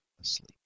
asleep